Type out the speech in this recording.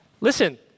Listen